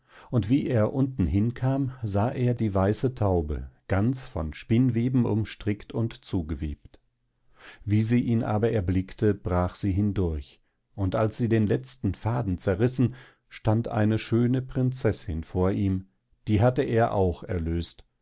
und wie er unten hinkam sah er die weiße taube ganz von spinnweben umstrickt und zugewebt wie sie ihn aber erblickte brach sie hindurch und als sie den letzten faden zerrissen stand eine schöne prinzessin vor ihm die hatte er auch erlöst